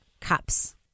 cups